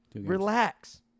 Relax